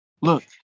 Look